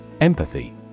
Empathy